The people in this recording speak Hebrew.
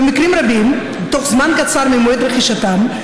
במקרים רבים, בתוך זמן קצר ממועד רכישתם.